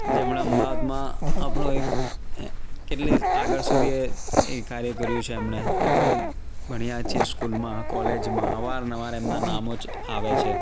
જેમણે અમદવાદમાં આપણો એક કેટલે આગળ સુધી એ કાર્ય કર્યું છે એમને આપણે ભણ્યા છે સ્કૂલમાં કોલેજમાં અવારનવાર એમના નામો જ આવે છે